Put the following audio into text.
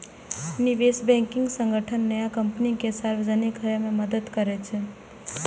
निवेश बैंकिंग संगठन नया कंपनी कें सार्वजनिक होइ मे मदति करै छै